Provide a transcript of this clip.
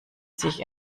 sich